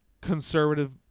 conservative